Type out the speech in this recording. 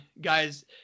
guys